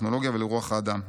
לטכנולוגיה ולרוח האדם.